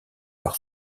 par